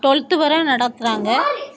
twelfth வர நடத்துகிறாங்க